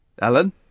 Alan